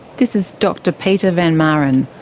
this is dr pieter van maaren,